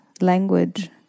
language